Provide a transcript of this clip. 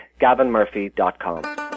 gavinmurphy.com